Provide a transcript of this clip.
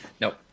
No